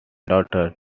daughter